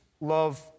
love